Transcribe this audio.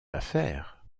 affaire